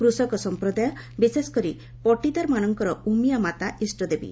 କୃଷକ ସମ୍ପ୍ରଦାୟ ବିଶେଷ କରି ପଟିଦାରମାନଙ୍କର ଉମିୟା ମାତା ଇଷ୍ଟଦେବୀ